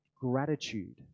gratitude